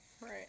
Right